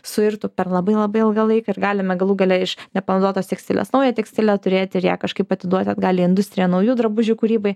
suirtų per labai labai ilgą laiką ir galime galų gale iš nepanaudotos tekstilės naują tekstilę turėti ir ją kažkaip atiduoti atgal į industriją naujų drabužių kūrybai